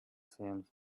fails